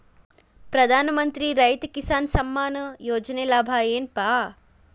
ಪ್ರಧಾನಮಂತ್ರಿ ರೈತ ಕಿಸಾನ್ ಸಮ್ಮಾನ ಯೋಜನೆಯ ಲಾಭ ಏನಪಾ?